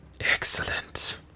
Excellent